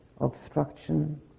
obstruction